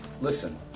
Listen